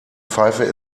pfeife